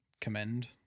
commend